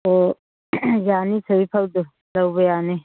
ꯑꯣ ꯌꯥꯅꯤ ꯊꯣꯏꯕꯤ ꯐꯧꯗꯨ ꯂꯧꯕ ꯌꯥꯅꯤ